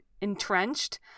entrenched